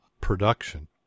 production